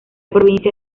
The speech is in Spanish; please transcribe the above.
provincia